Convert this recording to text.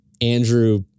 Andrew